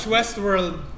Westworld